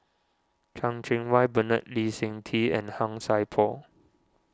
Chan Cheng Wah Bernard Lee Seng Tee and Han Sai Por